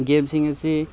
ꯒꯦꯝꯁꯤꯡ ꯑꯁꯤ